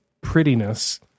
prettiness